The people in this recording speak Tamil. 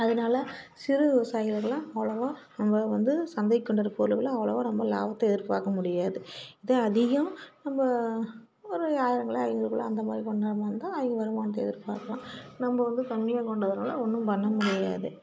அதனால் சிறு விவசாயிங்களுக்கெல்லாம் அவ்வளோவா நம்மள வந்து சந்தைக்கு கொண்டுட்டு வர்ற பொருட்களும் அவ்வளோவா ரொம்ப லாபத்தை எதிர்ப்பார்க்க முடியாது இதே அதிகம் நம்ம ஒரு ஆயிரம்குள்ளே ஐநூறுக்குள்ளே அந்த மாதிரி பண்ணுற மாதிரி இருந்தால் அதிக வருமானத்தை எதிர்ப்பார்க்கலாம் நம்ம வந்து கம்மியாக கொண்டுட்டு வர்றதுனால் ஒன்றும் பண்ண முடியாது